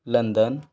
London